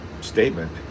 statement